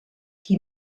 qui